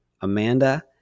Amanda